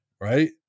right